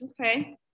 Okay